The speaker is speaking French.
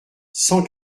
cent